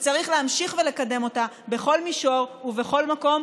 וצריך להמשיך לקדם אותה בכל מישור ובכל מקום,